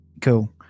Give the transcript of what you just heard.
cool